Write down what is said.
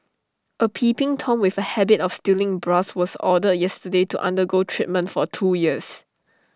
A peeping Tom with A habit of stealing bras was ordered yesterday to undergo treatment for two years